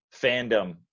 fandom